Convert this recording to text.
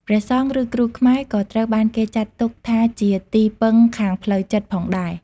ព្រះសង្ឃ ឬគ្រូខ្មែរក៏ត្រូវបានគេចាត់ទុកថាជាទីពឹងខាងផ្លូវចិត្តផងដែរ។